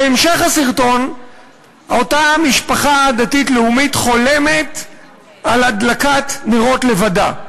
בהמשך הסרטון אותה משפחה דתית-לאומית חולמת על הדלקת נרות לבדה.